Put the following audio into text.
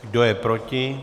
Kdo je proti?